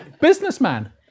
Businessman